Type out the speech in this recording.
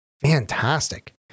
Fantastic